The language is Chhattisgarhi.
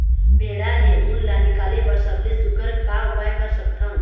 भेड़ा ले उन ला निकाले बर सबले सुघ्घर का उपाय कर सकथन?